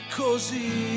così